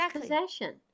possession